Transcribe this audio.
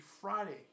Friday